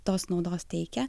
tos naudos teikia